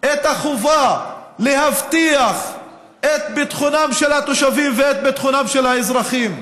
את החובה להבטיח את ביטחונם של התושבים ואת ביטחונם של האזרחים.